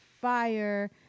fire